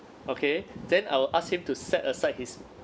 okay then I will ask him to set aside his